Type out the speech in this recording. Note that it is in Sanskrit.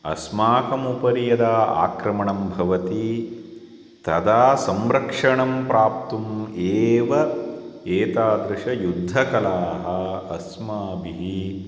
अस्माकमुपरि यदा आक्रमणं भवति तदा संरक्षणं प्राप्तुम् एव एतादृश युद्धकलाः अस्माभिः